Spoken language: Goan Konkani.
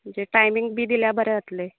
म्हणजे टायमींग बी दिल्यार बरें आतलें